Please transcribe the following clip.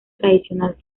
tradicional